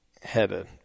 headed